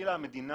מלכתחילה המדינה